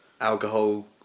alcohol